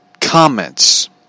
comments